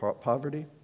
poverty